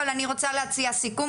אבל אני רוצה להציע סיכום,